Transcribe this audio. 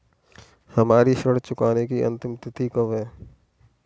हमारी ऋण चुकाने की अंतिम तिथि कब है?